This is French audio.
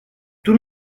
tout